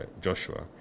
Joshua